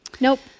Nope